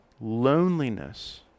loneliness